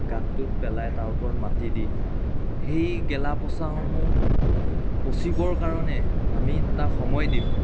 গাঁতটোত পেলাই তাৰ ওপৰত মাটি দি সেই গেলা পচাসমূহ পচিবৰ কাৰণে আমি তাক সময় দিম